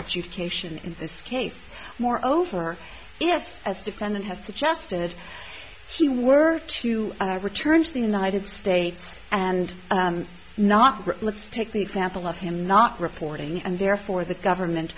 education in this case more over yet as defendant has suggested he were to return to the united states and knock let's take the example of him not reporting and therefore the government